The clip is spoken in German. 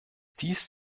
dies